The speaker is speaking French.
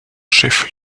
chef